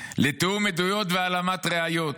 לתיאום עדויות ולהעלמת ראיות.